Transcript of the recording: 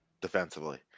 defensively